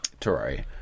Terraria